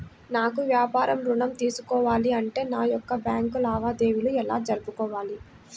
నాకు వ్యాపారం ఋణం తీసుకోవాలి అంటే నా యొక్క బ్యాంకు లావాదేవీలు ఎలా జరుపుకోవాలి?